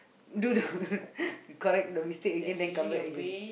do the correct the mistake again then come back again